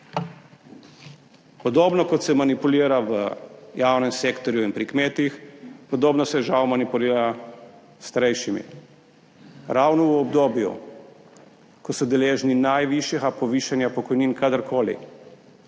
Podobno kot se manipulira v javnem sektorju in pri kmetih, podobno se, žal, manipulira s starejšimi. Ravno v obdobju, ko so deležni najvišjega povišanja pokojnin kadarkoli,